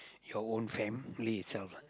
your own family itself lah